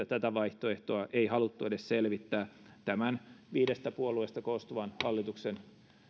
tätä vaihtoehtoa ei haluttu edes selvittää tämän viidestä puolueesta koostuvan hallituksen